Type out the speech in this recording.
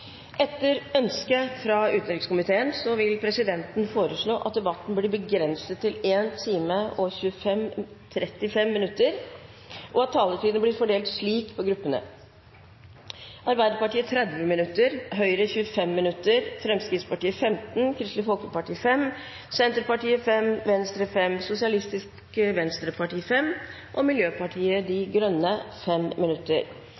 Etter ønske fra utenriks- og forsvarskomiteen vil presidenten foreslå at debatten blir begrenset til 1 time og 35 minutter, og at taletiden blir fordelt slik på gruppene: Arbeiderpartiet 30 minutter, Høyre 25 minutter, Fremskrittspartiet 15 minutter, Kristelig Folkeparti 5 minutter, Senterpartiet 5 minutter, Venstre 5 minutter, Sosialistisk Venstreparti 5 minutter og Miljøpartiet De Grønne 5 minutter.